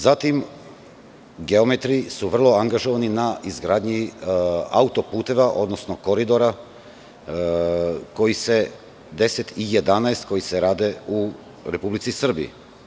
Zatim, geometri su vrlo angažovani na izgradnji autoputeva, odnosno koridora 10 i 11, koji se rade u Republici Srbiji.